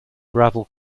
gravel